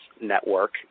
Network